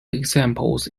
examples